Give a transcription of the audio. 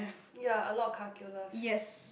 ya a lot of calculus